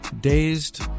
dazed